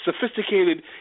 sophisticated